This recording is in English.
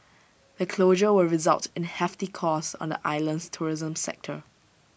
the closure will result in hefty costs on the island's tourism sector